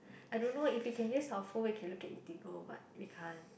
I don't know if we can use our phone we can look at Eatigo but we can't